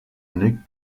nick